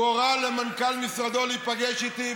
הוא הורה למנכ"ל משרדו להיפגש איתי,